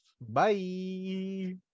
Bye